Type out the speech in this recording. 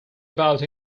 about